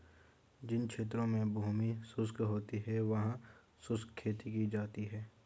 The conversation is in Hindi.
जिन क्षेत्रों में भूमि शुष्क होती है वहां शुष्क खेती की जाती है